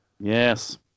yes